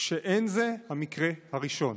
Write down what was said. שאין זה המקרה הראשון.